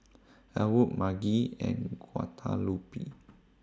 Elwood Margy and Guadalupe